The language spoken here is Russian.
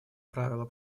правила